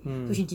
mm